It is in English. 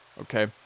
okay